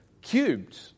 cubed